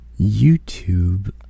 YouTube